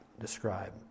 describe